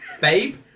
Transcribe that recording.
Babe